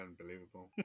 Unbelievable